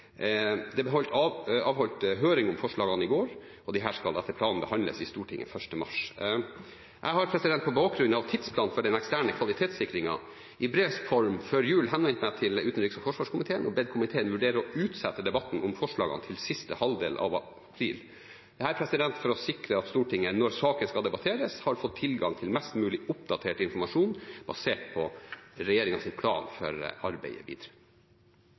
Det ble avholdt høringer om representantforslagene i går, og de skal etter planen behandles i Stortinget den 1. mars. Jeg har på bakgrunn av tidsplanen for den eksterne kvalitetssikringen i brevs form før jul henvendt meg til utenriks- og forsvarskomiteen og bedt komiteen om å vurdere å utsette debatten om forslagene til siste halvdel av april – dette for å sikre at Stortinget, når saken skal debatteres, har fått tilgang til mest mulig oppdatert informasjon, basert på regjeringens plan for det videre